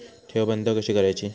ठेव बंद कशी करायची?